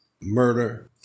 murder